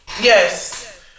yes